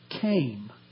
came